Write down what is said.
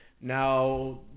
now